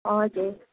हजुर